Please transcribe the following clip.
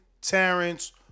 Terrence